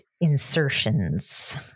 insertions